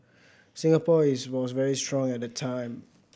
Singapore is was very strong at the time